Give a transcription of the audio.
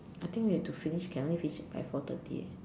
I think we have to finish can only finish by four thirty eh